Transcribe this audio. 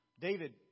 David